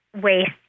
waste